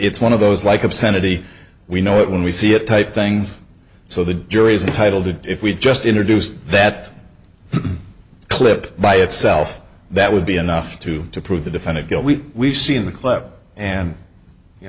it's one of those like obscenity we know it when we see it type things so the jury is entitled to if we just introduced that clip by itself that would be enough to to prove the defendant go we see in the clip and you